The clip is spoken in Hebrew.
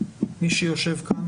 מי שיושב כאן?